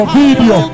video